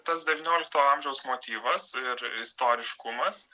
tas devyniolikto amžiaus motyvas ir istoriškumas